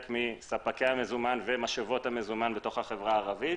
מספקי המזומן ומשאבות המזומן בתוך החברה הערבית.